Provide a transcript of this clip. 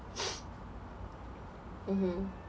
mmhmm